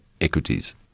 equities